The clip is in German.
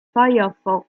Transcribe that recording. firefox